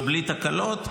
ובלי תקלות,